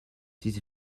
this